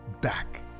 back